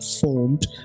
formed